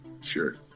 Sure